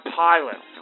pilot